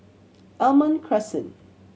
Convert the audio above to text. Almond Crescent